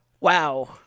wow